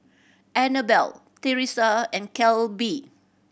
Anabelle Theresa and Kelby